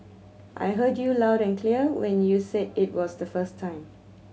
I heard you loud and clear when you said it was the first time